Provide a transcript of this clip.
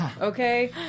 Okay